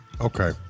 Okay